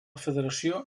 federació